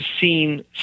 seen